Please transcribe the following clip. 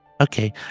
Okay